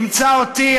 תמצא אותי,